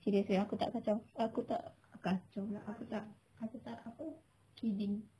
serious seh aku tak kacau aku tak kacau pula aku tak aku tak apa kidding